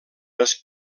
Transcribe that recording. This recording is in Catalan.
les